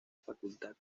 facultad